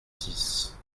six